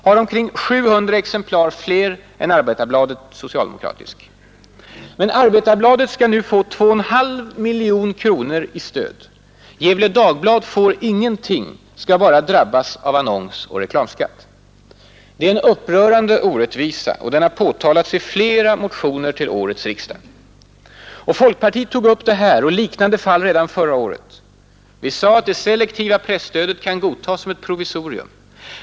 har omkring 700 exemplar mer än Arbetarbladet . Men Arbetarbladet skall nu få 2,5 miljoner kronor i stöd. Gefle Dagblad får ingenting, skall bara drabbas av annonsoch reklamskatt. Det är en upprörande orättvisa, och den har påtalats i flera motioner till årets riksdag. Folkpartiet tog upp detta och liknande fall redan förra året. Vi sade att det selektiva presstödet kan godtas som ett provisorium.